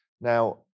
Now